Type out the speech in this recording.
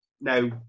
Now